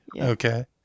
Okay